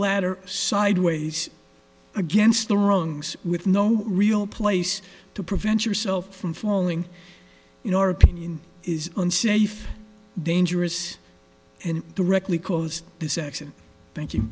ladder sideways against the wrongs with no real place to prevent yourself from falling your opinion is unsafe dangerous and directly caused the section thank